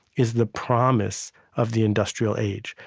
is the promise of the industrial age.